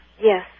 Yes